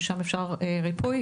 שבהם אפשר ריפוי.